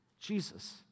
Jesus